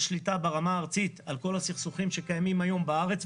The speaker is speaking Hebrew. שליטה ברמה הארצית על כל הסכסוכים שקיימים היום בארץ,